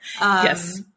Yes